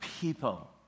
people